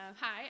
Hi